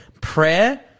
Prayer